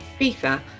FIFA